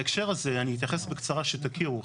בהקשר הזה, אני אתייחס בקצרה שתכירו.